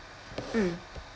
mm